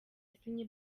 yasinye